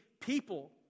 people